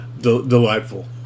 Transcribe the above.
delightful